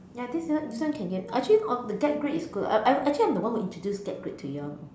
ya this one this one can get actually all the get great is good I I actually I'm the one who introduce get great to you all you know